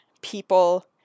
people